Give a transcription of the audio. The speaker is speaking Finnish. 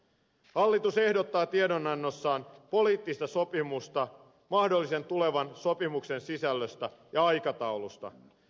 hallitus ehdottaa tiedonannossaan poliittista sopimusta mahdollisen tulevan sopimuksen sisällöstä ja aikataulusta